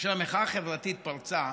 כשהמחאה החברתית פרצה,